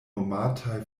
nomataj